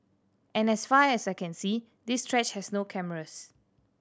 and as far as I can see this stretch has no cameras